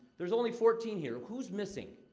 there's only fourteen here. who's missing?